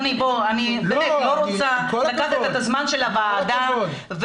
אני לא רוצה לבזבז את זמן הוועדה.